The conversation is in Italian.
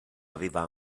aveva